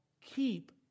keep